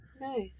nice